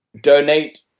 donate